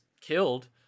killed